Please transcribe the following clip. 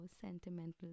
sentimental